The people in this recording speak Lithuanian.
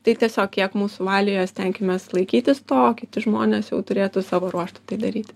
tai tiesiog kiek mūsų valioje stenkimės laikytis to o kiti žmonės jau turėtų savo ruožtu tai daryti